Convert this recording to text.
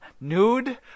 nude